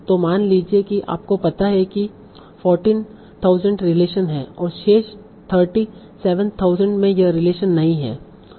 तो मान लीजिए कि आपको पता है कि फोर्टीन थाउजेंड रिलेशन हैं और शेष थर्टी सेवेन थाउजेंड में यह रिलेशन नहीं है